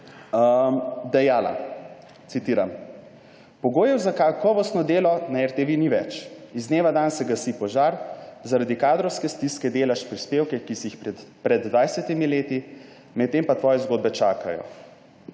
dejala, citiram: »Pogojev za kakovostno delo na RTV ni več. Iz dneva v dan se gasi požar. Zaradi kadrovske stiske delaš prispevke, ki si jih pred 20. leti, medtem pa tvoje zgodbe čakajo.